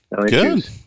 Good